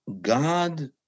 God